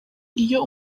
iyo